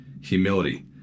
Humility